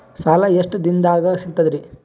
ಸಾಲಾ ಎಷ್ಟ ದಿಂನದಾಗ ಸಿಗ್ತದ್ರಿ?